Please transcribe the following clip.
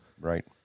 Right